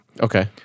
okay